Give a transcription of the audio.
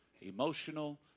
emotional